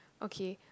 okay